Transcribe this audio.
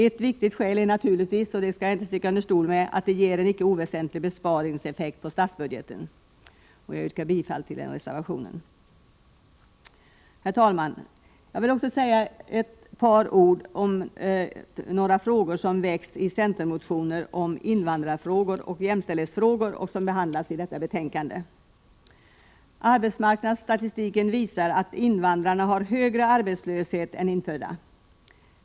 Ett viktigt skäl är naturligtvis, det skall jag inte sticka under stol med, att det ger en icke oväsentlig besparingseffekt på statsbudgeten. Jag yrkar bifall till reservation 48. Herr talman! Jag vill också säga några ord om ett par frågor som väckts i centermotioner om invandrarfrågor och jämställdhetsfrågor och som behandlas i detta betänkande. Arbetsmarknadsstatistiken visar att invandrarna har högre arbetslöshet än infödda.